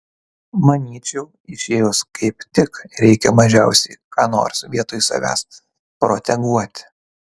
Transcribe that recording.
manyčiau išėjus kaip tik reikia mažiausiai ką nors vietoj savęs proteguoti